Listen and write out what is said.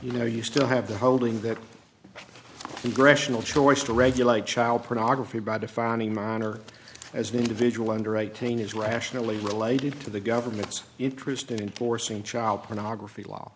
you know you still have the holding that congressional choice to regulate child pornography by defining minor as an individual under eighteen is rationally related to the government's interest in forcing child pornography law